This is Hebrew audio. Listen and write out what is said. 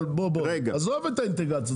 רגע, אבל בוא, עזוב את האינטגרציה.